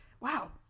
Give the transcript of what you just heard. Wow